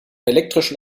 elektrischen